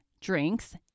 drinks